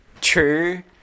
true